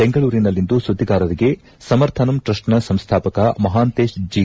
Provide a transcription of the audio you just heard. ಬೆಂಗಳೂರಿನಲ್ಲಿಂದು ಸುದ್ದಿಗಾರರಿಗೆ ಸಮರ್ಥನಮ್ ಟ್ರಸ್ಟೈನ ಸಂಸ್ಥಾಪಕ ಮಹಾಂತೇತ್ ಜಿ